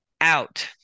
Out